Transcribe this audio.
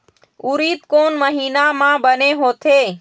उरीद कोन महीना म बने होथे?